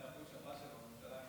כבוד היושב-ראש, כבוד השרה,